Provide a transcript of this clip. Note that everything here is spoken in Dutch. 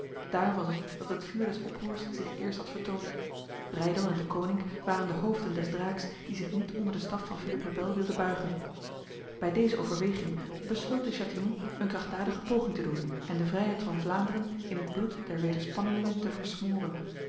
daar was het dat het vuur des oproers zich eerst had vertoond breydel en deconinck waren de hoofden des draaks die zich niet onder de staf van philippe le bel wilde buigen bij deze overweging besloot de chatillon een krachtdadige poging te doen en de vrijheid van vlaanderen in het bloed der wederspannelingen te versmoren